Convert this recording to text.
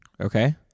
Okay